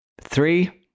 three